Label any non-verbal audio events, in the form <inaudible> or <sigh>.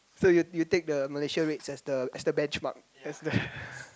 so you you take the Malaysia rate as the as the benchmark <laughs> as the